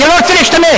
אני לא רוצה להשתמש,